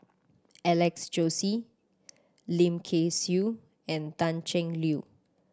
Alex Josey Lim Kay Siu and Pan Cheng Lui